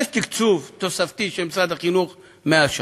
אז יש תקצוב תוספתי של משרד החינוך, 100 ש"ח.